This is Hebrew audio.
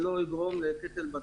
שלא יגרום לקטל בדרכים.